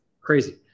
crazy